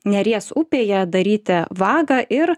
neries upėje daryti vagą ir